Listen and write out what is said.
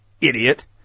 Idiot